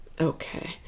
Okay